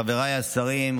חבריי השרים,